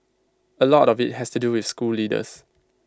A lot of IT has to do with school leaders